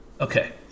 Okay